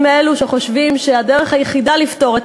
אני מאלו שחושבים שהדרך היחידה לפתור את